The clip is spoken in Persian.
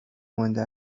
مانده